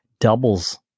doubles